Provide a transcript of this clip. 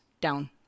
down